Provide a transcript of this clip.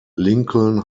lincoln